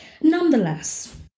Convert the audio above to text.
Nonetheless